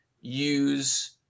use